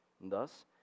Thus